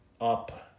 up